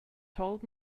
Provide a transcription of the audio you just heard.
told